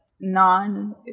non